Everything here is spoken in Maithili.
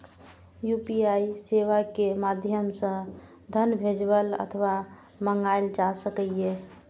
यू.पी.आई सेवा के माध्यम सं धन भेजल अथवा मंगाएल जा सकैए